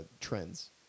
Trends